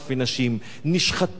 טף ונשים נשחטו,